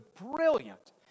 brilliant